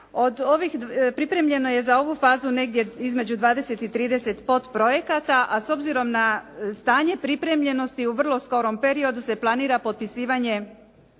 Pripremljeno je za ovu fazu negdje između 20 i 30 podprojekata a s obzirom na stanje pripremljenosti u vrlo skorom periodu se planira potpisivanje